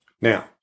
Now